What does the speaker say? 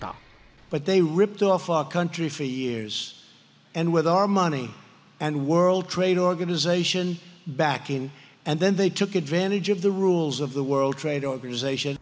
fired but they ripped off our country for years and with our money and world trade organization back in and then they took advantage of the rules of the world trade organization